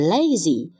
Lazy